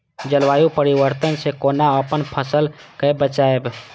जलवायु परिवर्तन से कोना अपन फसल कै बचायब?